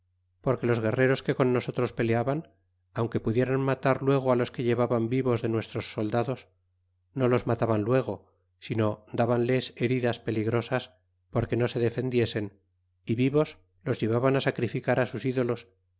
porque los guerreros que con nosotros peleaban aunque pudieran matar luego los que llevaban vivos de nuestros soldados no los mataban luego sino dábanles heridas peligrosas porque no se defendiesen y vivos los llevaban sacrificar sus idolos